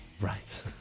right